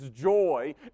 joy